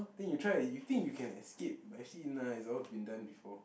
then you try you think you can escape but actually nah it's all been done before